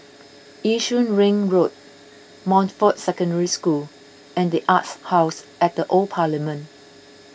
Yishun Ring Road Montfort Secondary School and the Arts House at the Old Parliament